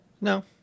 No